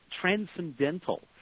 transcendental